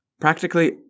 Practically